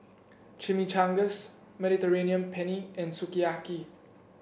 Chimichangas Mediterranean Penne and Sukiyaki